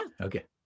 okay